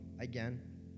again